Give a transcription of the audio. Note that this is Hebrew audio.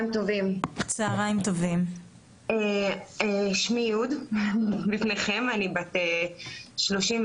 בחידוש הרישיון האחרון שלי, הפסיכיאטר המליץ